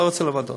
לא רוצה ועדות.